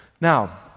Now